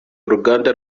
uruganda